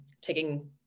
taking